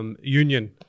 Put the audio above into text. Union